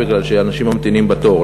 בגלל שאנשים ממתינים בתור.